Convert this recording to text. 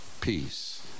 peace